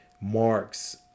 marks